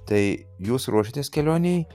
tai jūs ruoštėtės kelionei